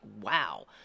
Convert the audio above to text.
Wow